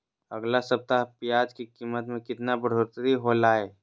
अगला सप्ताह प्याज के कीमत में कितना बढ़ोतरी होलाय?